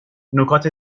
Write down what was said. نکات